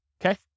Okay